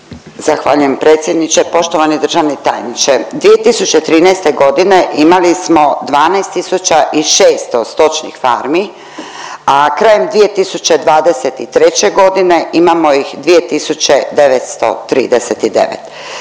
Zahvaljujem predsjedniče. Poštovani državni tajniče. 2013.g. imali smo 12.600 stočnih farmi, a krajem 2023.g. imamo ih 2.939,